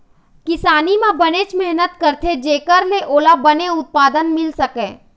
किसानी म बनेच मेहनत करथे जेखर ले ओला बने उत्पादन मिल सकय